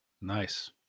Nice